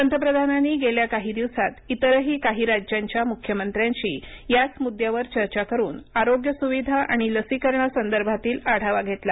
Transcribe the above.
पंतप्रधानांनी गेल्या काही दिवसात इतरही काही राज्यांच्या मुख्यमंत्र्यांशी याच मुद्द्यावर चर्चा करून आरोग्य सुविधा आणि लसीकरणासंदर्भातील आढावा घेतला